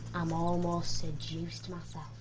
i'm almost seduced